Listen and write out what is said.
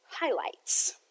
highlights